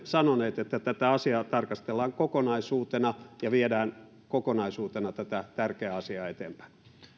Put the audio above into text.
sanoneet että tätä asiaa tarkastellaan kokonaisuutena ja viedään kokonaisuutena tätä tärkeää asiaa eteenpäin